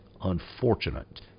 unfortunate